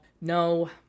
no